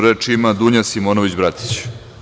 Reč ima Dunja Simonović Bratić.